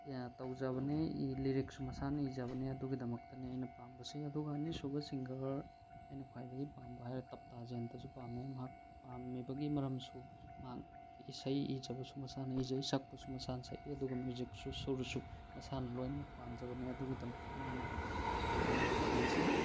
ꯇꯧꯖꯕꯅꯤ ꯂꯤꯔꯤꯛꯁꯨ ꯃꯁꯥꯅ ꯏꯖꯕꯅꯦ ꯑꯗꯨꯒꯤꯗꯃꯛꯇꯅꯤ ꯑꯩꯅ ꯄꯥꯝꯕꯁꯤ ꯑꯗꯨꯒ ꯑꯅꯤꯁꯨꯕ ꯁꯤꯡꯒꯔ ꯑꯩꯅ ꯈ꯭ꯋꯥꯏꯗꯒꯤ ꯄꯥꯝꯕ ꯍꯥꯏꯔ ꯇꯞꯇꯥ ꯖꯌꯦꯟꯇꯁꯨ ꯄꯥꯝꯃꯦ ꯑꯩꯅ ꯃꯍꯥꯛ ꯄꯥꯝꯃꯤꯕꯒꯤ ꯃꯔꯝꯁꯨ ꯃꯍꯥꯛ ꯏꯁꯩ ꯏꯖꯕꯁꯨ ꯃꯁꯥꯅ ꯏꯖꯩ ꯁꯛꯄꯁꯨ ꯃꯁꯥꯅ ꯁꯛꯏ ꯑꯗꯨꯒ ꯃꯤꯎꯖꯤꯛꯁꯨ ꯁꯨꯔꯁꯨ ꯃꯁꯥꯅ ꯂꯣꯏꯅ ꯄꯥꯟꯖꯕꯅꯦ ꯑꯗꯨꯒꯤꯗꯃꯛꯇꯅꯤ ꯑꯩꯅ ꯃꯈꯣꯏ ꯑꯅꯤꯕꯨ ꯄꯥꯝꯕꯁꯦ